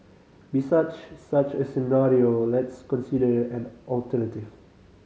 besides such a scenario let's consider an alternative